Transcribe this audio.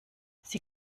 sie